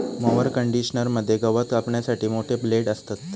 mower conditioner मध्ये गवत कापण्यासाठी मोठे ब्लेड असतत